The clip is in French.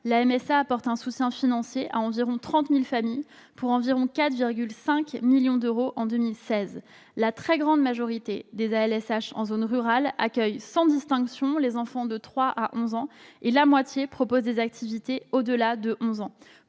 La MSA apporte un soutien financier à quelque 30 000 familles, pour environ 4,5 millions d'euros en 2016. La très grande majorité des ALSH en zone rurale accueille sans distinction les enfants de trois à onze ans, et la moitié propose des activités au-delà de onze ans.